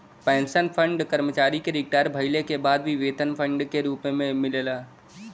pension fund कर्मचारी के retire भइले के बाद भी वेतन के रूप में मिलला